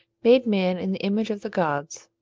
made man in the image of the gods.